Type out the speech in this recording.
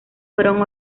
fueron